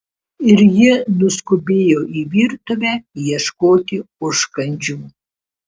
ir ji nuskubėjo į virtuvę ieškoti užkandžių